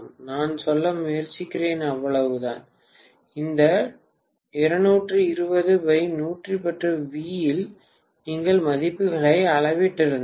நான் சொல்ல முயற்சிக்கிறேன் அவ்வளவுதான் இந்த 220110 v இல் நீங்கள் மதிப்புகளை அளவிட்டிருந்தால்